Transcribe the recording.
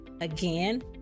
Again